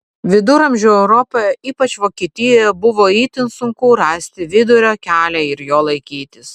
viduramžių europoje ypač vokietijoje buvo itin sunku rasti vidurio kelią ir jo laikytis